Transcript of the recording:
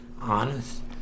honest